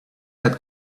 had